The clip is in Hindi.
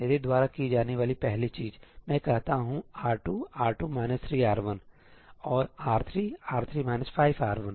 मेरे द्वारा की जाने वाली पहली चीज मैं कहता हूँ 'R2 ← R2 3R1' सही और 'R3 ← R3 5R1'